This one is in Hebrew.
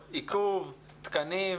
סגירות, עיכוב, תקנים.